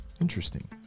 interesting